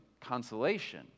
consolation